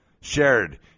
shared